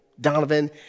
Donovan